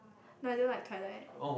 but I don't like Twilight